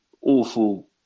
awful